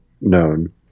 known